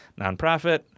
nonprofit